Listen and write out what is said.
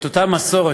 את אותה מסורת,